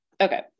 Okay